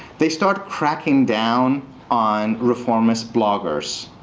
they start cracking down on reformist bloggers.